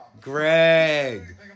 Greg